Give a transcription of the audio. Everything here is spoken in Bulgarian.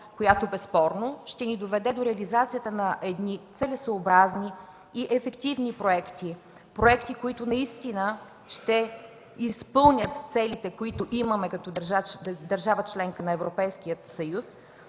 която безспорно ще ни доведе до реализацията на целесъобразни и ефективни проекти, които ще изпълнят целите, които имаме като държава – членка на Европейския съюз,